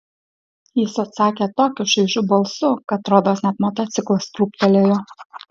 jis atsakė tokiu šaižiu balsu kad rodos net motociklas krūptelėjo